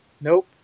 Nope